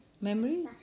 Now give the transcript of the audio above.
Memory